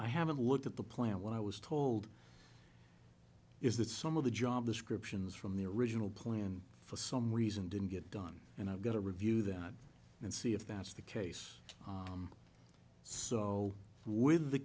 i haven't looked at the plant when i was told is that some of the job descriptions from the original plan for some reason didn't get done and i've got to review that and see if that's the case so with the